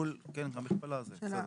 כן, את המכפלה, זה בסדר.